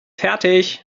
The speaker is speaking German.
fertig